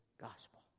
gospel